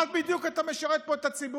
במה בדיוק אתה משרת פה את הציבור?